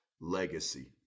legacy